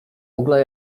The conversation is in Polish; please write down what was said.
ogóle